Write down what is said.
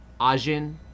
Ajin